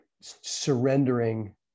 surrendering